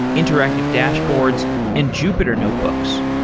interactive dashboards and jupyter notebooks.